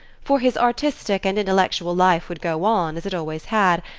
for his artistic and intellectual life would go on, as it always had,